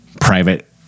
private